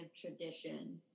tradition